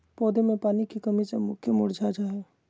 पौधा मे पानी के कमी से पौधा मुरझा जा हय